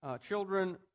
children